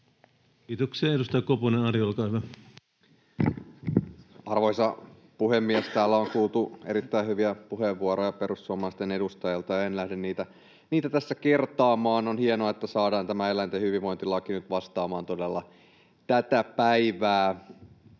liittyviksi laeiksi Time: 20:03 Content: Arvoisa puhemies! Täällä on kuultu erittäin hyviä puheenvuoroja perussuomalaisten edustajilta. En lähde niitä tässä kertaamaan. On hienoa, että saadaan tämä eläinten hyvinvointilaki nyt vastaamaan todella tätä päivää.